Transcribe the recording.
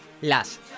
Las